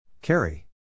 Carry